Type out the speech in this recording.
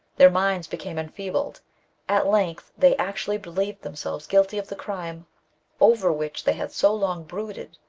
their minds became enfeebled at length they actually believed themselves guilty of the crime over which they had so long brooded,